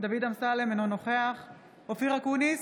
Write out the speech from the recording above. דוד אמסלם, אינו נוכח אופיר אקוניס,